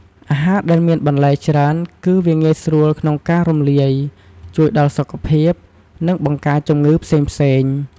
អាហារដែលមានបន្លែច្រើន គឺវាងាយស្រួលក្នុងការរំលាយ ជួយដល់សុខភាព និង បង្ការជំងឺផ្សេងៗ។